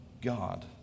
God